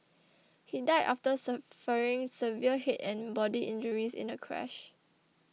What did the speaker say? he died after suffering severe head and body injuries in a crash